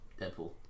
Deadpool